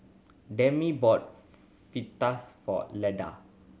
Demi bought Fajitas for Leda